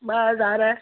ॿ हज़ार